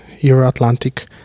Euro-Atlantic